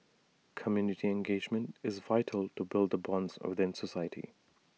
community engagement is vital to build the bonds within society